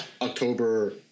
October